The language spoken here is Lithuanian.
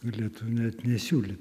galėtų net nesiūlyt